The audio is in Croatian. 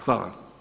Hvala.